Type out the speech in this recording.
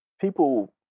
people